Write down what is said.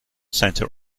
center